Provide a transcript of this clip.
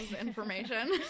information